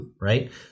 right